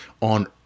on